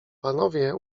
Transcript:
panowie